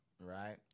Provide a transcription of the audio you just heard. Right